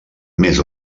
més